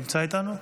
נמצא איתנו?